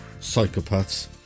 psychopaths